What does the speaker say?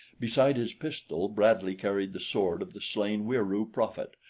besides his pistol bradley carried the sword of the slain wieroo prophet,